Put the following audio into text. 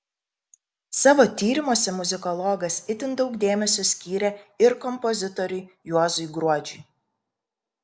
savo tyrimuose muzikologas itin daug dėmesio skyrė ir kompozitoriui juozui gruodžiui